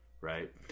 right